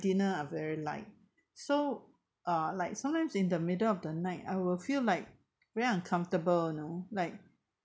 dinner are very light so uh like sometimes in the middle of the night I will feel like very uncomfortable you know like